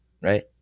right